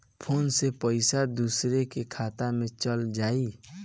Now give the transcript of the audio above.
Phone से पईसा दूसरे के खाता में चल जाई?